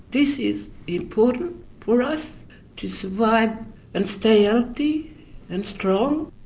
this is important for us to survive and stay healthy and strong.